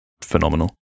phenomenal